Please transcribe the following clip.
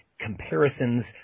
comparisons